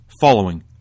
following